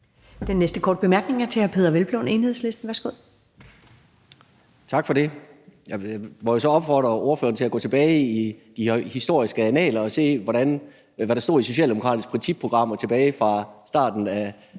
Den næste korte bemærkning er fra hr. Peder Hvelplund, Enhedslisten. Værsgo. Kl. 13:45 Peder Hvelplund (EL): Tak for det. Jeg må jo så opfordre ordføreren til at gå tilbage i de historiske annaler og se, hvad der stod i socialdemokratiske principprogrammer tilbage fra starten af